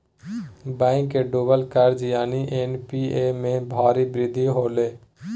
bank के डूबल कर्ज यानि एन.पी.ए में भारी वृद्धि होलय